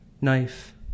knife